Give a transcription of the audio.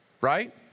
right